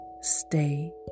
Stay